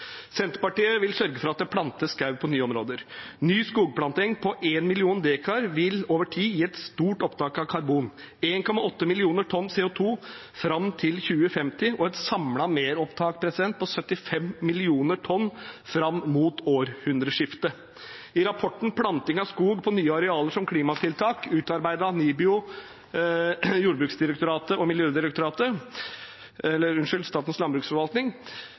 Senterpartiet vil sørge for at det plantes skog på nye områder. Ny skogplanting på en million dekar vil over tid gi et stort opptak av karbon, 1,8 millioner tonn CO 2 fram til 2050, og et samlet meropptak på 75 millioner tonn fram mot århundreskiftet. I rapporten Planting av skog på nye arealer som klimatiltak, utarbeidet av NIBIO, Miljødirektoratet og Statens landbruksforvaltning,